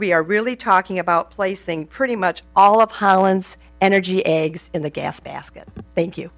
we are really talking about placing pretty much all of holland's energy eggs in the gas basket thank you